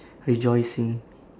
rejoicing